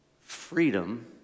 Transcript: freedom